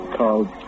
called